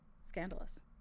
scandalous